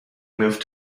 moved